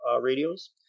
radios